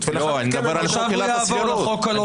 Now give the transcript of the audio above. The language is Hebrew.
ולאחר מכן --- עכשיו הוא יעבור לחוק הלא סביר.